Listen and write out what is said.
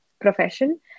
profession